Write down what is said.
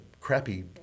crappy